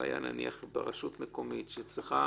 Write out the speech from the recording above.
בעיה ברשות מקומית, שצריכה